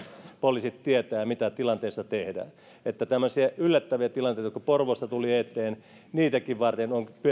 poliisit tietävät mitä tilanteessa tehdään että tämmöisiä yllättäviä tilanteitakin niin kuin porvoossa tuli eteen varten on